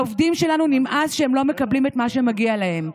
לעובדים שלנו נמאס שהם לא מקבלים את מה שמגיע להם,